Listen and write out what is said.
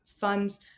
funds